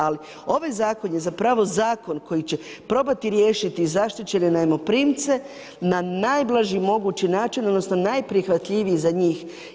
Ali ovaj zakon je zapravo zakon koji će probati riješiti zaštićene najmomprimce na najblaži mogući način odnosno najprihvatljiviji za njih.